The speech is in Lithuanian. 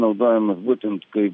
naudojamas būtent kaip